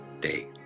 day